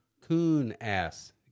Coon-ass